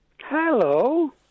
Hello